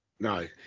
No